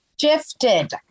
shifted